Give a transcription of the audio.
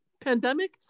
pandemic